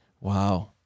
Wow